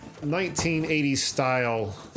1980s-style